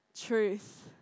truth